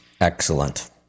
Excellent